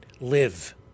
live